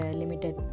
limited